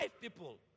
people